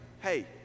hey